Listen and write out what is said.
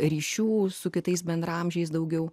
ryšių su kitais bendraamžiais daugiau